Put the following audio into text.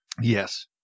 Yes